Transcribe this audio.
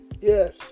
Yes